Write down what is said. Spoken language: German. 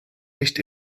nicht